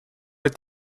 est